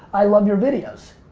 i love your videos!